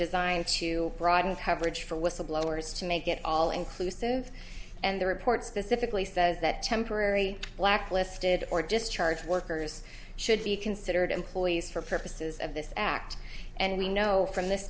designed to broaden coverage for whistleblowers to make it all inclusive and the report specifically says that temporary blacklisted or just charge workers should be considered employees for purposes of this act and we know from th